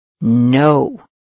No